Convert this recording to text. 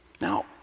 Now